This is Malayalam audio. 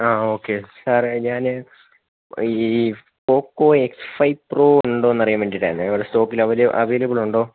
ആ ഓക്കെ സാറേ ഞാന് ഈ പോക്കോ എക്സ് ഫൈവ് പ്രോ ഉണ്ടോയെന്ന് അറിയാൻ വേണ്ടിയിട്ടായിരുന്നു അവിടെ ഷോപ്പിൽ അവൈലബിളുണ്ടോ